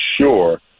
sure